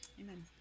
Amen